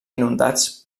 inundats